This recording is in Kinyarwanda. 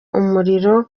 umuriro